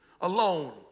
Alone